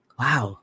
wow